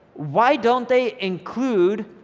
why don't they include